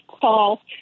call